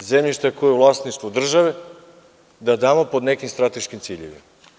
zemljišta koje je vlasništvo države da damo pod nekim strateškim ciljevima.